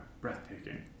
Breathtaking